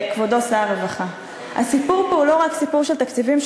כבוד שר הרווחה: הסיפור פה הוא לא רק סיפור של תקציבים,